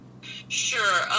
Sure